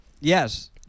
Yes